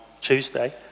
Tuesday